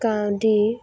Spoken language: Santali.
ᱠᱟᱹᱣᱰᱤ